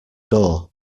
door